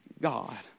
God